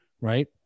Right